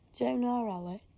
down our alley?